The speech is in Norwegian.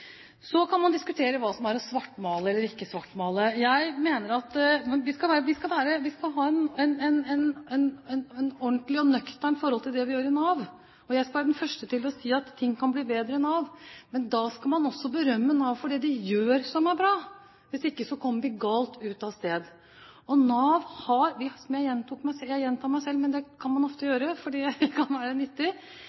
Så kan man diskutere hva som er å svartmale eller ikke svartmale. Vi skal ha et ordentlig og nøkternt forhold til det vi gjør i Nav. Jeg skal være den første til å si at ting kan bli bedre i Nav, men da skal man også berømme Nav for det de gjør som er bra. Hvis ikke kommer vi galt av sted. Jeg gjentar meg selv, men det kan man ofte gjøre fordi det kan være nyttig: Man har klart å få organisasjonsmodellen på plass i tide, og man har klart å få ned saksbehandlingstiden. Så kan jeg diskutere med Robert Eriksson hvorvidt man